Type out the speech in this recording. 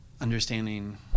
understanding